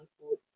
food